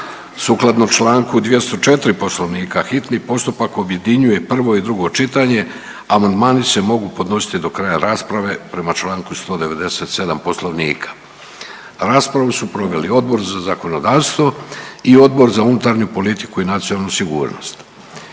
Sukladno čl. 204. Poslovnika hitni postupak objedinjuje prvo i drugo čitanje, a amandmani se mogu podnositi do kraja rasprave prema čl. 197. Poslovnika. Raspravu su proveli Odbor za zakonodavstvo i Odbor za unutarnju politiku i nacionalnu sigurnost.